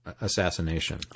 assassination